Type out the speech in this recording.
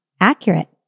accurate